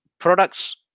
products